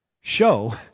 show